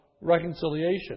reconciliation